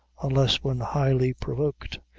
unless when highly provoked,